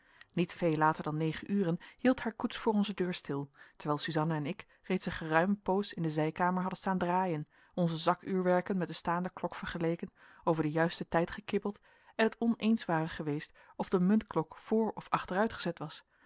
niet veel later dan negen uren hield haar koets voor onze deur stil terwijl suzanna en ik reeds een geruime poos in de zijkamer hadden staan draaien onze zakuurwerken met de staande klok vergeleken over den juisten tijd gekibbeld en het oneens waren geweest of de muntklok voorof achteruitgezet was